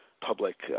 public